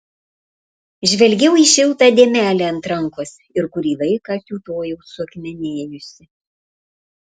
žvelgiau į šiltą dėmelę ant rankos ir kurį laiką kiūtojau suakmenėjusi